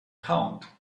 count